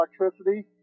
electricity